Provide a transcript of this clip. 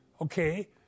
Okay